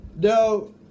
no